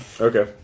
Okay